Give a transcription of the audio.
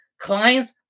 clients